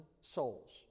souls